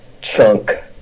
chunk